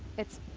it's.